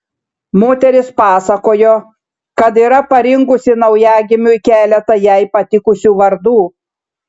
moteris pasakojo kad yra parinkusi naujagimiui keletą jai patikusių vardų